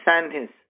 sentence